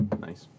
Nice